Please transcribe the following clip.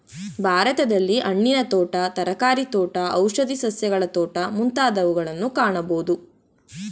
ಭಾರತದಲ್ಲಿ ಹಣ್ಣಿನ ತೋಟ, ತರಕಾರಿ ತೋಟ, ಔಷಧಿ ಸಸ್ಯಗಳ ತೋಟ ಮುಂತಾದವುಗಳನ್ನು ಕಾಣಬೋದು